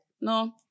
no